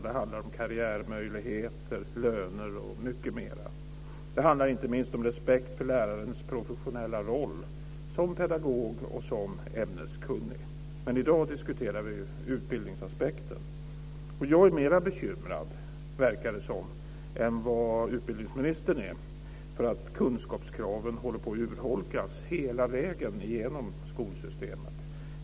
Det handlar om karriärmöjligheter, löner och mycket mer. Det handlar inte minst om respekt för lärarens professionella roll som pedagog och som ämneskunnig. Men i dag diskuterar vi utbildningsaspekten. Det verkar som om jag är mer bekymrad än vad utbildningsministern är för att kunskapskraven håller på att urholkas hela vägen igenom skolsystemet.